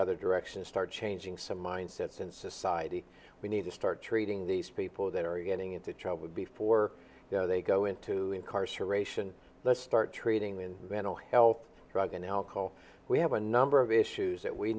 other direction start changing some mindsets in society we need to start treating these people that are getting into trouble before they go into incarceration let's start treating with mental health drug and alcohol we have a number of issues that we